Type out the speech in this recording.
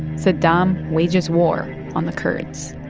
saddam wages war on the kurds